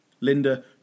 Linda